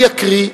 אני אקריא,